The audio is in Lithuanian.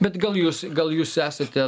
bet gal jūs gal jūs esate